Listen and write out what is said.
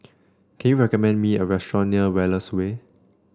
can you recommend me a restaurant near Wallace Way